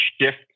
shift